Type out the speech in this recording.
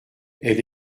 elle